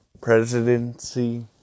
Presidency